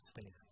Stand